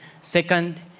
Second